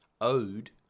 Owed